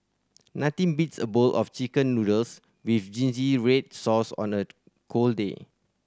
nothing beats a bowl of Chicken Noodles with zingy red sauce on a cold day